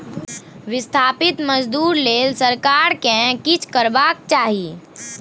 बिस्थापित मजदूर लेल सरकार केँ किछ करबाक चाही